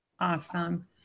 Awesome